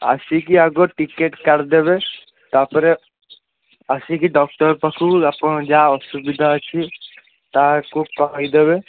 ଆସିକି ଆଗ ଟିକେଟ୍ କାଟି ଦେବେ ତା'ପରେ ଆସିକି ଡକ୍ଟର ପାଖକୁ ଯାହା ଅସୁବିଧା ଅଛି ତାହାକୁ କହିଦେବେ